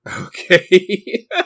Okay